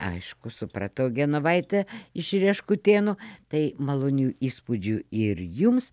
aišku supratau genovaite iš rieškutėnų tai malonių įspūdžių ir jums